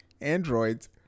androids